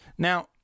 Now